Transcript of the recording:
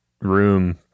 room